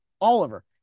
Oliver